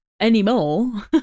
Anymore